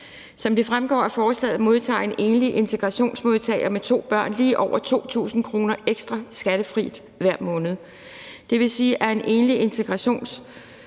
Som det fremgår af forslaget, modtager en enlig integrationsydelsesmodtagere med to børn lige over 2.000 kr. ekstra skattefrit hver måned. Det vil sige, at en enlig integrationsydelsesmodtager